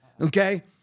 Okay